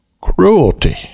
cruelty